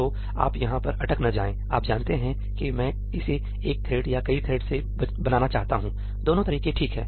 तो आप यहां पर अटक न जाएंआप जानते हैं कि मैं इसे एक थ्रेड् या कई थ्रेड्ससे बनाना चाहता हूं दोनों तरीके ठीक हैं